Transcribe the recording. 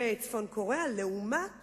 וצפון-קוריאה, לעומת